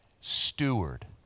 Steward